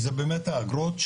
זה באמת האגרות,